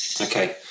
Okay